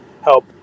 help